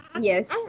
yes